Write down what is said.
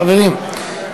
חברים,